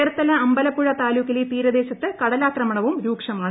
ചേർത്തല അമ്പലപ്പുഴ താലൂക്കിലെ തീരദേശത്ത് കടാലാക്രമണവും രൂക്ഷമാണ്